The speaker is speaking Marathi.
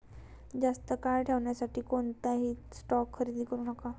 जास्त काळ ठेवण्यासाठी कोणताही स्टॉक खरेदी करू नका